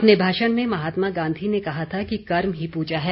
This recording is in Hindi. अपने भाषण में महात्मा गांधी ने कहा था कि कर्म ही पूजा है